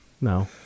No